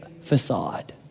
facade